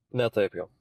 ne taip jau